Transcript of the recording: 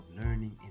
learning